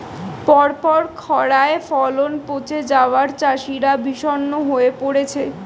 পরপর খড়ায় ফলন পচে যাওয়ায় চাষিরা বিষণ্ণ হয়ে পরেছে